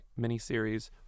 miniseries